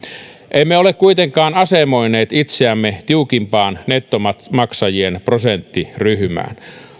emme ole kuitenkaan asemoineet itseämme tiukimpaan nettomaksajien prosenttiryhmään